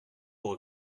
pour